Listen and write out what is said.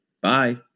Bye